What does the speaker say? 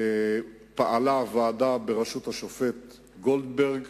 פעלה ועדה בראשות השופט גולדברג,